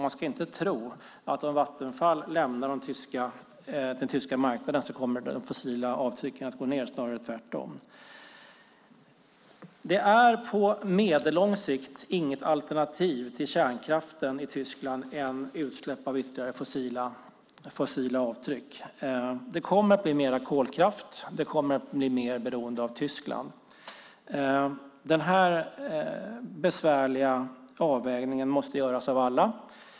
Man ska inte tro att om Vattenfall lämnar den tyska marknaden kommer de fossila avtrycken att gå ned. Det är snarare tvärtom. På medellång sikt finns det inget annat alternativ till kärnkraften än ytterligare fossila utsläpp. Det kommer att bli mer kolkraft, och det kommer att bli mer beroende av Tyskland. Den här besvärliga avvägningen måste göras av alla.